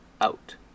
out